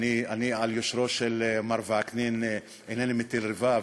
אני ביושרו של מר וקנין אינני מטיל רבב,